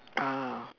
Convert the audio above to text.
ah